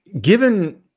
given